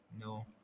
no